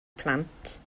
plant